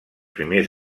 primers